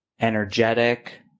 energetic